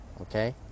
okay